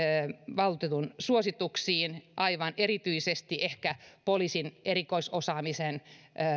valtuutetun suositukseen aivan erityisesti ehkä poliisin erikoisosaamisen